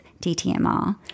DTMR